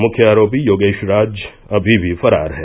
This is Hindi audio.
मुख्य आरोपी योगेश राज अमी भी फरार है